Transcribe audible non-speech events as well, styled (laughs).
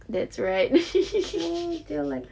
that's right (laughs)